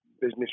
business